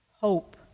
Hope